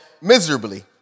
miserably